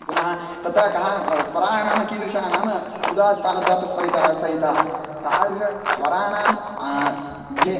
पुनः तत्र कः स्वराः नाम कीदृशाः नाम उदात्तानुदातस्वरितः सहिताः तादृशस्वराणां भेदः